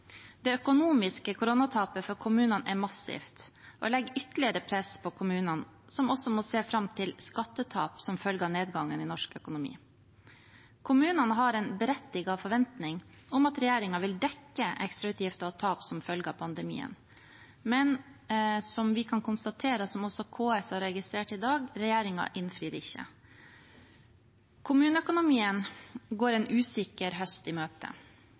Det økonomiske koronatapet for kommunene er massivt og legger ytterligere press på kommunene, som også må se fram til skattetap som følge av nedgangen i norsk økonomi. Kommunene har en berettiget forventning om at regjeringen vil dekke ekstrautgifter og tap som følge av pandemien. Men som vi kan konstatere, og som også KS har registrert i dag: Regjeringen innfrir ikke. Kommuneøkonomien går en usikker høst i møte.